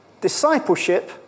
Discipleship